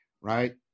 right